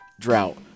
drought